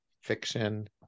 fiction